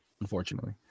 unfortunately